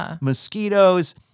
mosquitoes